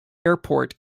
airport